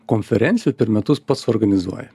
konferencijų per metus pats suorganizuoji